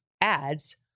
ads